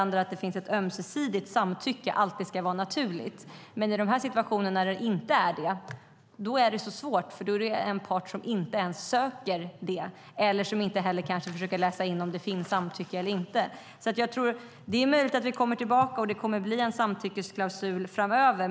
Det ska alltid finnas ett ömsesidigt samtycke; det ska vara naturligt. I de situationer där det inte är så är det svårt, för då är det en part som inte ens söker samtycke eller som inte heller försöker läsa av om det finns ett samtycker eller inte. Det är möjligt att vi kommer tillbaka och att det kommer att bli en samtyckesklausul framöver.